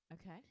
okay